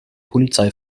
polizei